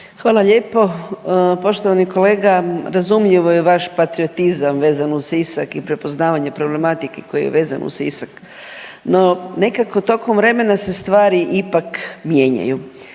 Hvala lijepo. Poštovani kolega, razumljivo je vaš patriotizam vezan uz Sisak i prepoznavanje problematike koja je vezana uz Sisak, no nekako tokom vremena se stvari ipak mijenjaju.